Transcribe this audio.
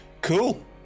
Cool